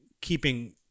keeping